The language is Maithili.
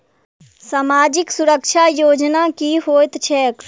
सामाजिक सुरक्षा योजना की होइत छैक?